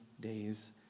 days